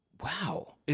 Wow